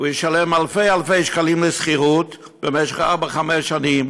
הוא ישלם אלפי אלפי שקלים על שכירות במשך ארבע-חמש שנים,